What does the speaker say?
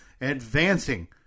Advancing